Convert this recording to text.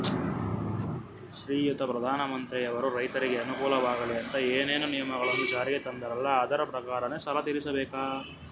ಶ್ರೀಯುತ ಪ್ರಧಾನಮಂತ್ರಿಯವರು ರೈತರಿಗೆ ಅನುಕೂಲವಾಗಲಿ ಅಂತ ಏನೇನು ನಿಯಮಗಳನ್ನು ಜಾರಿಗೆ ತಂದಾರಲ್ಲ ಅದರ ಪ್ರಕಾರನ ಸಾಲ ತೀರಿಸಬೇಕಾ?